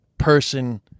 person